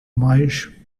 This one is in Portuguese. mais